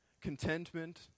contentment